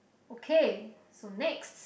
okay so next